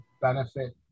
benefit